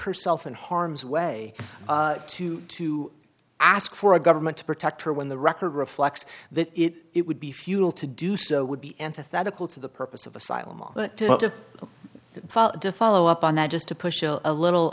herself in harm's way to to ask for a government to protect her when the record reflects that it would be futile to do so would be antithetical to the purpose of asylum but that to follow up on that just to push a little